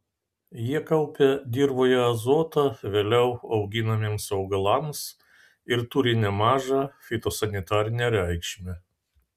jie kaupia dirvoje azotą vėliau auginamiems augalams ir turi nemažą fitosanitarinę reikšmę